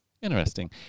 Interesting